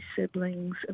siblings